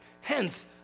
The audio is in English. Hence